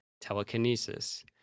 telekinesis